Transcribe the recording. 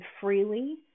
freely